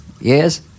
Yes